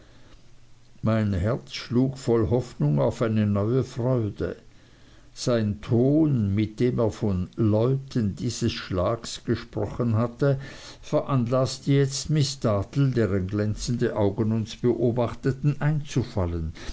mein herz schlug voll hoffnung auf eine neue freude sein ton mit dem er von leuten dieses schlages gesprochen hatte veranlaßte jetzt miß dartle deren glänzende augen uns beobachtet hatten einzufallen